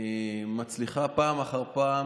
שמצליחה פעם אחר פעם